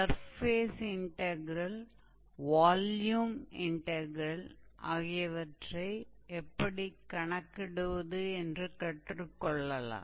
surface integral volume integral ஆகியவற்றை எப்படிக் கணக்கிடுவது என்று கற்றுக் கொள்ளலாம்